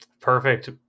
perfect